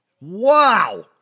Wow